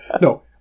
No